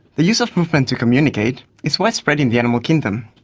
the use of movement to communicate is widespread in the animal kingdom.